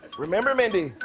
remember, mindy.